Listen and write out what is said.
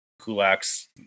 Kulak's